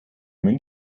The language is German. minh